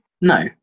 No